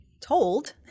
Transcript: told